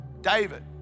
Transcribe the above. David